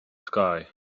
sky